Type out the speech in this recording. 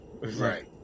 Right